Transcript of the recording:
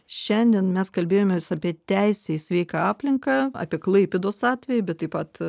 šiandien mes kalbėjomės apie teisę į sveiką aplinką apie klaipėdos atvejį bet taip pat